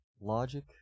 logic